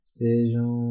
sejam